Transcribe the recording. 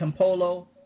Campolo